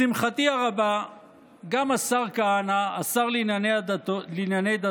לשמחתי הרבה גם השר כהנא, השר לענייני דתות,